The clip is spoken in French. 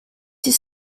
six